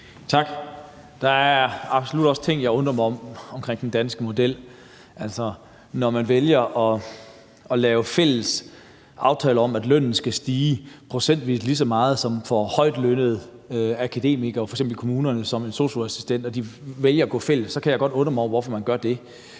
Tak. Der er absolut også ting, jeg undrer mig over ved den danske model. Altså, når man vælger at lave fælles aftale om, at lønnen skal stige procentvis lige så meget for højtlønnede akademikere, f.eks. i kommunerne, som for sosu-assistenter, og de vælger at gå fælles, så kan jeg godt undre mig over, hvorfor man gør det.